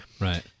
right